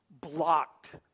blocked